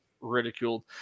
ridiculed